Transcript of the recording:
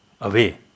away